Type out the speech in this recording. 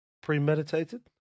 Premeditated